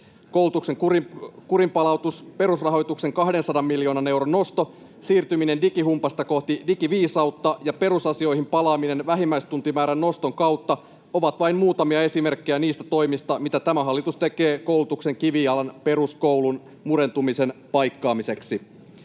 Koulutuksen kurinpalautus, perusrahoituksen 200 miljoonan euron nosto, siirtyminen digihumpasta kohti digiviisautta ja perusasioihin palaaminen vähimmäistuntimäärän noston kautta ovat vain muutamia esimerkkejä niistä toimista, mitä tämä hallitus tekee koulutuksen kivijalan, peruskoulun, murentumisen paikkaamiseksi.